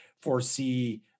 foresee